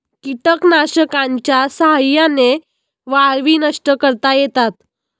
कीटकनाशकांच्या साह्याने वाळवी नष्ट करता येतात